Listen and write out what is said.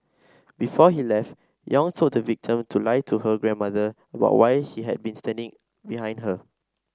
before he left Yong told the victim to lie to her grandmother about why he had been standing behind her